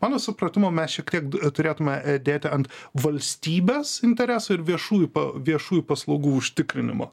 mano supratimu mes šiek tiek turėtume dėti ant valstybės interesų ir viešųjų viešųjų paslaugų užtikrinimo